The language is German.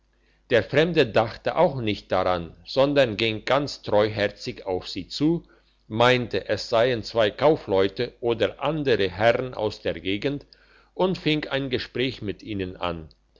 der fremde dachte auch nicht dran sondern ging ganz treuherzig auf sie zu meinte es seien zwei kaufleute oder andere herren aus der gegend und fing ein gespräch mit ihnen an